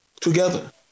together